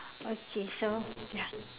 okay so ya